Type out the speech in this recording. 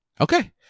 Okay